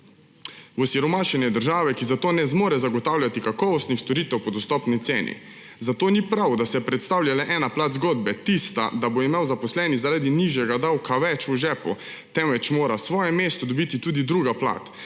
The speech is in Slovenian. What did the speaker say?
Osiromašenje države, ki zato ne zmore zagotavljati kakovostnih storitev po dostopni ceni, zato ni prav, da se predstavlja le ena plan zgodbe; tista, da bo imel zaposleni zaradi nižjega davka več v žepu, temveč mora svoje mesto dobiti tudi druga plat,